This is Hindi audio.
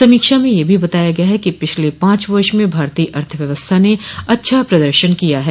समीक्षा में यह भी बताया गया है कि पिछले पांच वर्ष में भारतीय अर्थव्यवस्था ने अच्छा प्रदर्शन किया है